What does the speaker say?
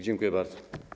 Dziękuję bardzo.